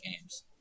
games